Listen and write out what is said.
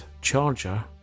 charger